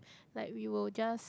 like we will just